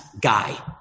guy